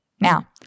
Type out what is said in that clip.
Now